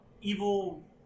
evil